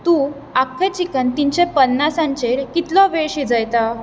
तूं आख्खें चिकन तीनशें पन्नासांचेर कितलो वेळ शिजयता